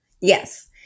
Yes